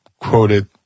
quoted